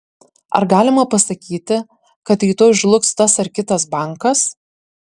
ar galima pasakyti kad rytoj žlugs tas ar kitas bankas